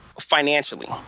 financially